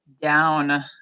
down